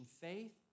faith